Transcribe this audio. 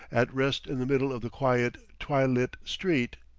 at rest in the middle of the quiet, twilit street.